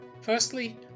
Firstly